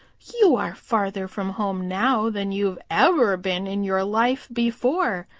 you are farther from home now than you've ever been in your life before,